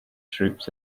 troops